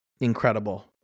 incredible